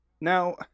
Now